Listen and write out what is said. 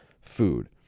food